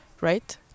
right